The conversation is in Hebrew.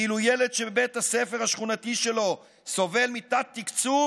ואילו ילד שבית הספר השכונתי שלו סובל מתת-תקצוב